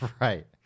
Right